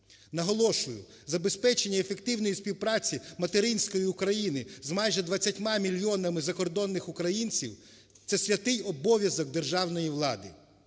Наголошую, забезпечення ефективної співпраці материнської України з майже 20 мільйонами закордонних українців – це святий обов'язок державної влади.